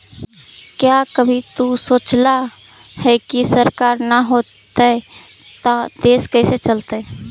क्या कभी तु सोचला है, की सरकार ना होतई ता देश कैसे चलतइ